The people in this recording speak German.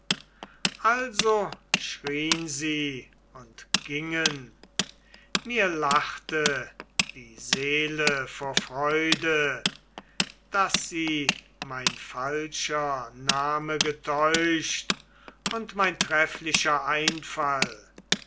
also schrien sie und gingen mir lachte die seele vor freude daß sie mein falscher name getäuscht und mein trefflicher einfall